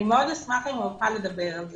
אני מאוד אשמח אם הוא יוכל לדבר על זה.